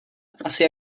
asi